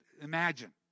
imagine